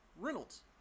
Reynolds